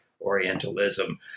Orientalism